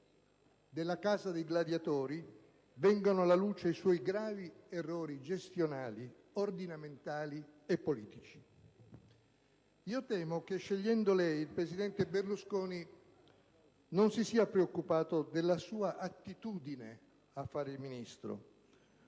della Casa dei gladiatori, vengono alla luce i suoi gravi errori gestionali, ordinamentali e politici? Temo che, scegliendo lei, il presidente Berlusconi non si sia preoccupato della sua attitudine a fare il Ministro,